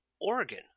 organ